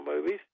movies